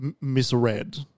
misread